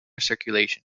circulation